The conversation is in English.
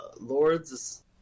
lords